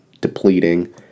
depleting